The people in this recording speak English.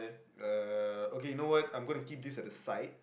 uh okay you know what I'm gonna keep this at the side